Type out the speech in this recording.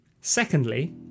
Secondly